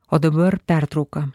o dabar pertrauka